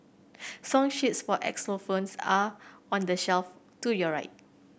song sheets for are on the shelf to your right